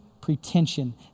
pretension